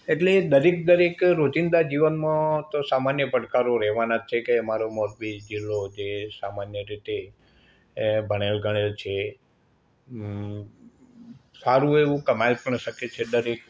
એટલે દરેક દરેક રોજિંદા જીવનમાં તો સામાન્ય પડકારો રહેવાના જ છે કે અમારો મોરબી જિલ્લો જે સામાન્ય રીતે એ ભણેલો ગણેલો છે એ અં સારું એવું કમાઈ પણ શકે છે દરેક